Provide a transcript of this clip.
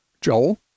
Joel